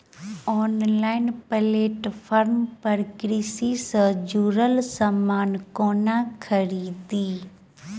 Online platform पर कृषि सँ जुड़ल समान कोना खरीदी?